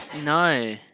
No